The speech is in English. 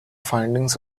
findings